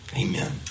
Amen